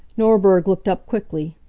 norberg looked up quickly.